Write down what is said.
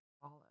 follow